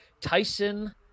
Tyson